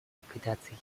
ликвидация